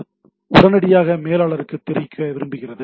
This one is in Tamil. அது உடனடியாக மேலாளருக்கு தெரிவிக்க விரும்புகிறது